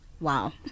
Wow